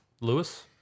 Lewis